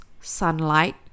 Sunlight